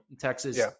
Texas